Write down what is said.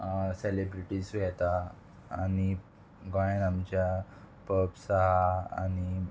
सेलिब्रिटीसूय येता आनी गोंयान आमच्या पब्स आहा आनी